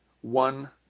one